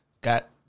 Got